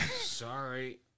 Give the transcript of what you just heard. Sorry